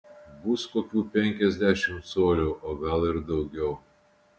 bus kokių penkiasdešimt colių o gal ir daugiau